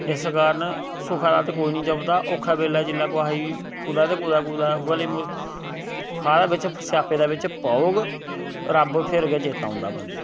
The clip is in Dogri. दस्से इस कारण सुखा दा ते कोई नी जपदा औक्खे बेल्ले जिल्लै कोहा गी कुतै ते कुतै कुतै उऐ लेई थाह्रै बिच्च स्यापे दे बेच्च पौग रब्ब फिर गै चेत्ता आंदा बंदे गी